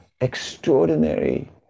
extraordinary